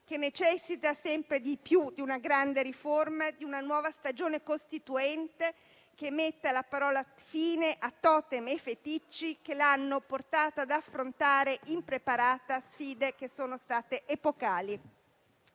che necessita sempre più di una grande riforma, di una nuova stagione costituente che metta la parola fine a totem e feticci che l'hanno portata da affrontare impreparata sfide che sono state epocali.